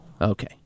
Okay